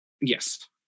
Yes